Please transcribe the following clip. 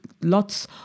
lots